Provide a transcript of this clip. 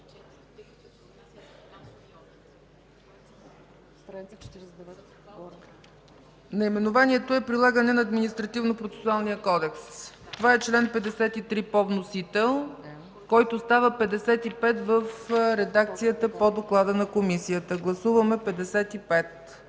Наименованието е „Прилагане на Административнопроцесуалния кодекс”. Това е чл. 53 по вносител, който става чл. 55 в редакцията по доклада на Комисията. Гласуваме чл.